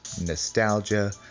nostalgia